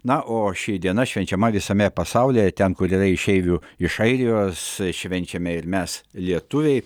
na o ši diena švenčiama visame pasaulyje ten kur yra išeivių iš airijos švenčiame ir mes lietuviai